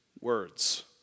words